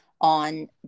on